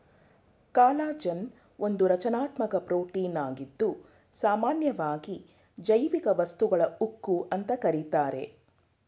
collagen ಒಂದು ರಚನಾತ್ಮಕ ಪ್ರೋಟೀನಾಗಿದ್ದು ಸಾಮನ್ಯವಾಗಿ ಜೈವಿಕ ವಸ್ತುಗಳ ಉಕ್ಕು ಅಂತ ಕರೀತಾರೆ